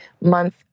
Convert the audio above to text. month